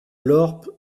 lorp